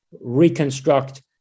reconstruct